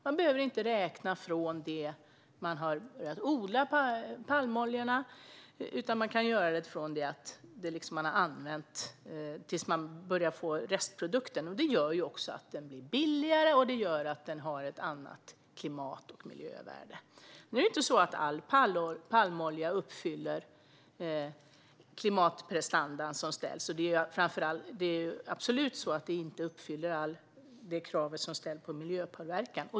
Man behöver inte räkna från det att man har börjat odla oljepalmerna, utan man kan räkna från det att man börjar få restprodukten. Det gör att den blir billigare och har ett annat klimat och miljövärde. Nu är det inte så att all palmolja uppfyller de krav som ställs på klimatprestandan. Det är absolut så att den inte uppfyller det krav som ställs på miljöpåverkan.